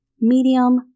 Medium